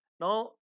Now